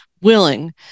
willing